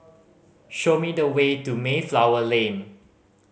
show me the way to Mayflower Lane